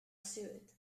suit